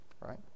right